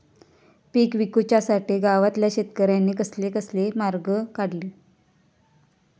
पीक विकुच्यासाठी गावातल्या शेतकऱ्यांनी कसले कसले मार्ग काढले?